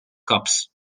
cups